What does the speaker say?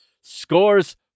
scores